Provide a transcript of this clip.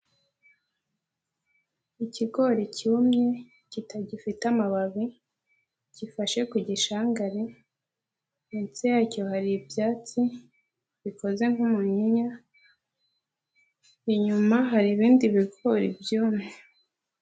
Ikigori cyumye, kitagifite amababi, gifashe ku gishangare, munsi yacyo hari ibyatsi, bikoze nk'umunyinya, inyuma hari ibindi bigori byumye.